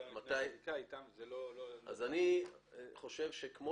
לפני --- מתי --- זה לא --- אני חושב שכמו